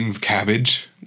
Cabbage